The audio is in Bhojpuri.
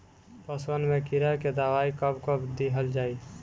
पशुअन मैं कीड़ा के दवाई कब कब दिहल जाई?